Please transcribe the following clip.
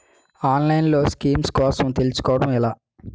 ఆన్లైన్లో స్కీమ్స్ కోసం తెలుసుకోవడం ఎలా?